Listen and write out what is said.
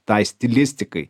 tai stilistikai